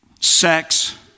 sex